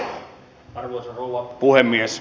arvoisa rouva puhemies